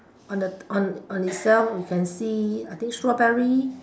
on the on on itself we can see I think strawberry